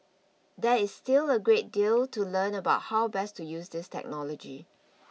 they still a great deal to learn about how best to use this technology